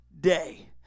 day